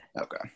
okay